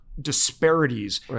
disparities